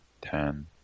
ten